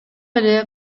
эле